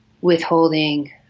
withholding